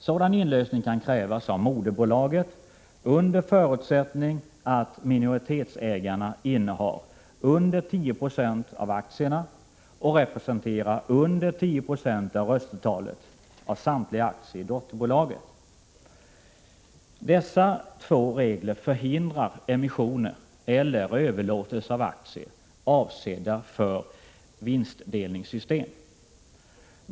Sådan inlösen kan krävas av moderbolaget under förutsättning att minoritetsägarna innehar under 10 96 av aktierna och representerar under 10 96 av röstetalet av samtliga aktier i dotterbolaget. Dessa två regler förhindrar emissioner eller överlåtelser av aktier avsedda för vinstdelningssystem.